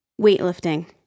weightlifting